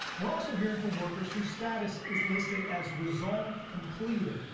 we're also hearing from workers who status is listed as resolved completed.